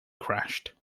crashed